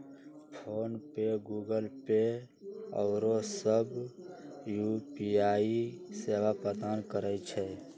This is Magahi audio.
फोनपे, गूगलपे आउरो सभ यू.पी.आई सेवा प्रदान करै छै